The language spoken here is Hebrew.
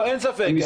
אין ספק.